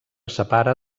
separa